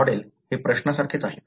model हे प्रश्ना सारखेच आहे